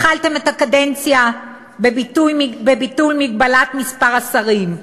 התחלתם את הקדנציה בביטול מגבלת מספר השרים.